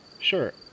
Sure